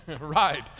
Right